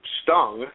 stung